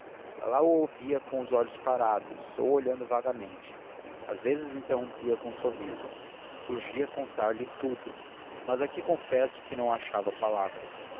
lalau ouvia com os olhos parados ou olhando vagamente às vezes interrompia com um sorriso urgia contar-lhe tudo mas aqui confesso que não achava palavras